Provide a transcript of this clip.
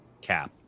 cap